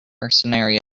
mercenary